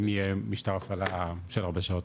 אם יהיה משטר הפעלה של הרבה שעות.